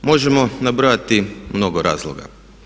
Možemo nabrojati mnogo razloga.